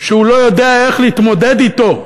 שהוא לא יודע איך להתמודד אתו.